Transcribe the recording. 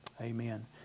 Amen